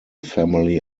family